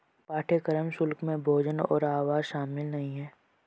पाठ्यक्रम शुल्क में भोजन और आवास शामिल नहीं है